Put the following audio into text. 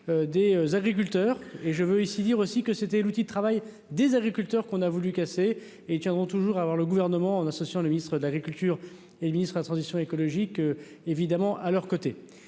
des agriculteurs et je veux ici dire aussi que c'était l'outil de travail des agriculteurs qu'on a voulu casser et tiendront toujours avoir le gouvernement en associant le ministre de l'Agriculture et le ministre à la transition écologique évidemment à leurs côtés,